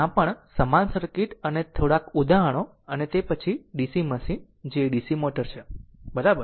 ત્યાં પણ સમાન સર્કિટ અને થોડા ઉદાહરણો અને તે પછી DC મશીન જે DC મોટર છે બરાબર